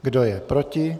Kdo je proti?